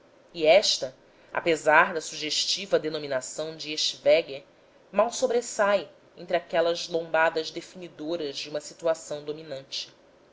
e esta apesar da sugestiva denominação de eschwege mal sobressai entre aquelas lombadas definidoras de uma situação dominante